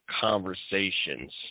conversations